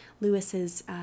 Lewis's